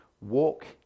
walk